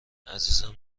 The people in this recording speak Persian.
عزیزم